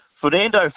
Fernando